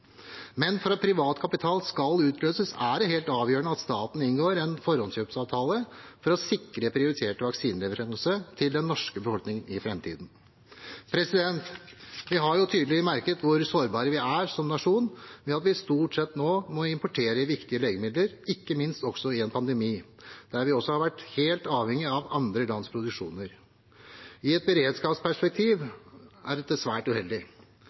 Men for at privat kapital skal utløses, er det helt avgjørende at staten inngår en forhåndskjøpsavtale for å sikre prioritert vaksineleveranse til den norske befolkningen i fremtiden. Vi har jo tydelig merket hvor sårbare vi er som nasjon ved at vi nå stort sett må importere viktige legemidler, ikke minst i en pandemi, der vi også har vært helt avhengige av andre lands produksjoner. I et beredskapsperspektiv er dette svært uheldig.